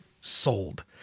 sold